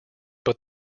but